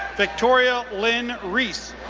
victoria lynn reese,